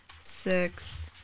six